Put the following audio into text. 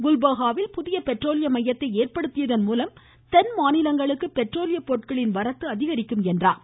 குல்பாகாவில் புதிய பெட்ரோலிய மையத்தை ஏற்படுத்தியதன் மூலம் தென் மாநிலங்களுக்கு பெட்ரோலிய பொருட்களின் வரத்து அதிகரிக்கும் என்றார்